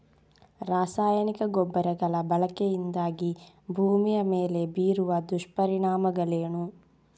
ರಾಸಾಯನಿಕ ಗೊಬ್ಬರಗಳ ಬಳಕೆಯಿಂದಾಗಿ ಭೂಮಿಯ ಮೇಲೆ ಬೀರುವ ದುಷ್ಪರಿಣಾಮಗಳೇನು?